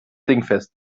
dingfest